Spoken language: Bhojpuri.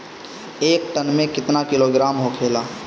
एक टन मे केतना किलोग्राम होखेला?